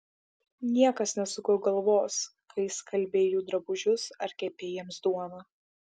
niekas nesuko galvos kai skalbei jų drabužius ar kepei jiems duoną